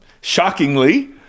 shockingly